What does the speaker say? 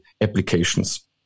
applications